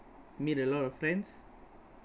made a lot of friends